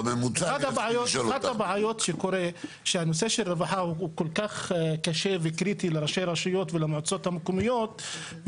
נושא הרווחה הוא כל כך קשה וקריטי לראשי רשויות ולמועצות המקומיות,